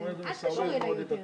בשעה